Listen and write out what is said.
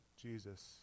Jesus